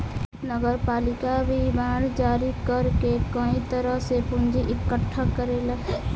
नगरपालिका भी बांड जारी कर के कई तरह से पूंजी इकट्ठा करेला